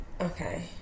Okay